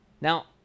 Now